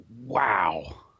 Wow